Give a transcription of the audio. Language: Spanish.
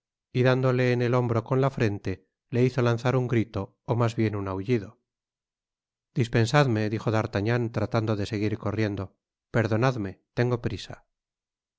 y dándole en el hombro con la frente le hizo lanzar un grito ó mas bien un aullido dispensadme dijo d'artagnan tratando de seguir corriendo perdonadme tengo prisa